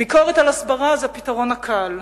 ביקורת על הסברה זה הפתרון הקל.